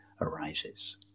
arises